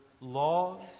laws